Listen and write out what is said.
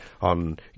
on